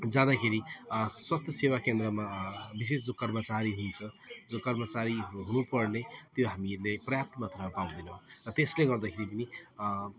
जाँदाखेरि स्वास्थ्यसेवा केन्द्रमा विशेष जो कर्मचारी हुन्छ जो कर्मचारी हु हुनु पर्ने त्यो हामीहरूले पर्याप्त मात्रमा पाउँदैनौँ र त्यसले गर्दाखेरि पनि